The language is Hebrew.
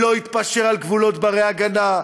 לא יתפשר על גבולות בני-הגנה,